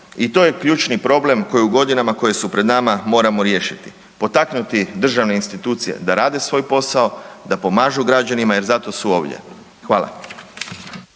I to je ključni problem koji u godinama koje su pred nama moramo riješiti. Potaknuti državne institucije da rade svoj posao, da pomažu građanima jer zato su ovdje. Hvala.